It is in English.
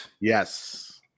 Yes